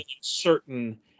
certain